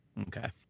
Okay